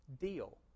deal